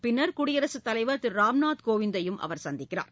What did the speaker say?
பின்னர் குடியரசுத் தலைவர் திரு ராம்நாத் கோவிந்தையும் அவர் சந்திக்கிறார்